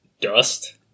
dust